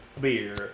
beer